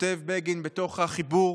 שכותב בגין בתוך החיבור